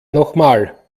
nochmal